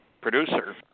producer